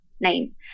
name